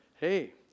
hey